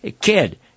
Kid